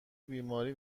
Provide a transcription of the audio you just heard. بیماری